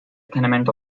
tenement